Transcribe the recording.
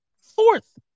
Fourth